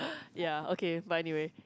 ya okay but anyway